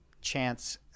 chance